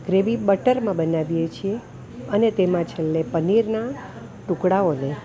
gravy બટરમાં બનાવીએ છીએ અને તેમાં છેલ્લે પનીરના ટુકડાઓને